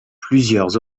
plusieurs